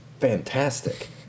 fantastic